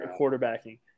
quarterbacking